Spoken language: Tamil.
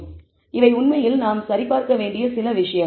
எனவே இவை உண்மையில் நாம் சரிபார்க்க வேண்டிய சில விஷயங்கள்